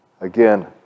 Again